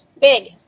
big